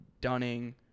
Dunning